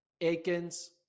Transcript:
Aikens